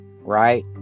right